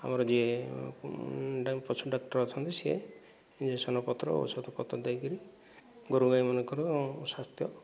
ଆମର ଯିଏ ପଶୁ ଡାକ୍ଟର ଅଛନ୍ତି ସିଏ ଇଂଜେକ୍ସନ ପତ୍ର ଔଷଧପତ୍ର ଦେଇ କରି ଗୋରୁଗାଈମାନଙ୍କର ସ୍ଵାସ୍ଥ୍ୟ